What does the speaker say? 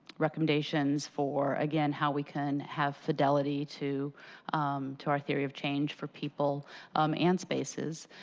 recommendations for again how we can have fidelity to to our theory of change for people um and spaces.